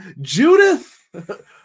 Judith